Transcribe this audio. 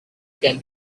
can